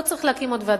לא צריך להקים עוד ועדות.